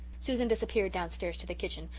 susan disappeared downstairs to the kitchen,